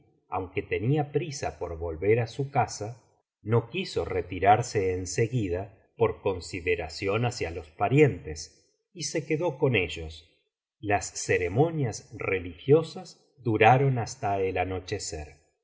aunque tenía prisa por volver á su casa no quiso retirarse en seguida por consideración hacia los parientes y se quedó con ellos las ceremonias religiosas duraron hasta el anochecer